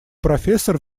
профессор